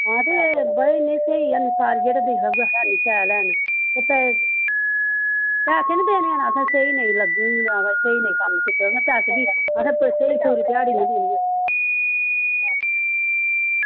हां ते बड़े नेईं स्हेई हैनी घर जेह्ड़ा दिखदा ते उ'ऐ आखदा निं शैल हैन ते पैसे पैसे निं देने हैन असें स्हेई नेईं लग्गग तां भई स्हेई नेईं कम्म कीता ते पैसे बी असें तुसेंगी पूरी ध्याड़ी निं देनी ऐ